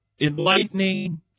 enlightening –